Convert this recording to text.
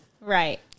right